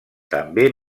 també